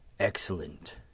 Excellent